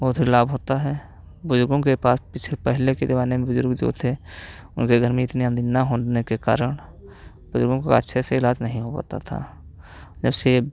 बहुत ही लाभ होता है बुज़ुर्गों के पास पिछले पहले के ज़माने में बुज़ुर्ग जो थे उनके घर में इतने आदमी ना होने के कारण बुज़ुर्गों को अच्छे से इलाज नहीं हो पाता था जबसे ये